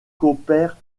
compère